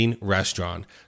restaurant